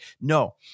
no